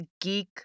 geek